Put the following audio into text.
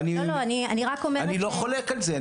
אני לא חולק על זה,